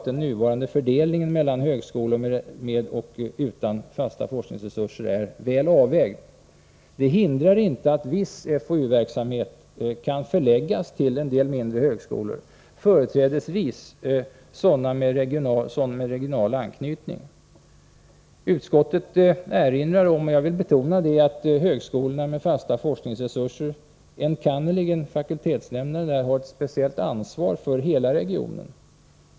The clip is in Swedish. Den nuvarande fördelningen mellan högskolor med resp. utan fasta forskningsresurser är enligt min mening i stort sett väl avvägd. Det hindrar inte att viss FOU-verksamhet kan förläggas till en del mindre högskolor, företrädesvis verksamhet med regional anknytning. Utskottet erinrar om — jag vill betona det — att högskolor med fasta forskningsresurser, enkannerligen fakultetshämnderna, har ett speciellt ansvar för hela regionen.